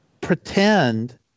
pretend